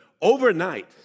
overnight